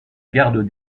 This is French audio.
garde